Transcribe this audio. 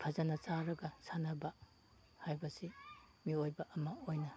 ꯐꯖꯅ ꯆꯥꯔꯒ ꯁꯥꯟꯅꯕ ꯍꯥꯏꯕꯁꯤ ꯃꯤꯑꯣꯏꯕ ꯑꯃ ꯑꯣꯏꯅ